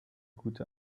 gute